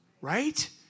right